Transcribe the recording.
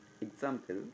example